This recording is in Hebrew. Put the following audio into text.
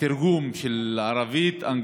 התרגום של ערבית-אנגלית-עברית,